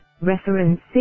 reference